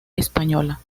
española